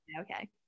Okay